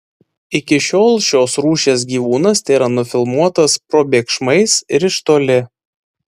iki šiol šios rūšies gyvūnas tėra nufilmuotas probėgšmais ir iš toli